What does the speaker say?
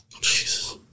Jesus